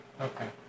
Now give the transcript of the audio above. Okay